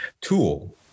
tool